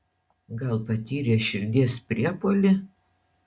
gal patyrė širdies priepuolį